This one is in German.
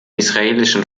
israelischen